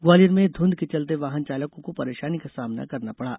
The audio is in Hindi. ग्वालियर में धूंध के चलते वाहन चालकों को परेशानी का सामना करना पड़ा